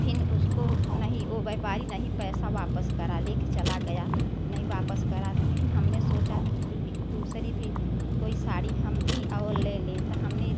फ़िर उसको नहीं वह व्यापारी नहीं पैसा वापस करा लेकर चला गया नहीं वापस करा तो फ़िर हमने सोचा कि कोई भी दूसरी भी कोई साड़ी हम भी और ले लें तो हमने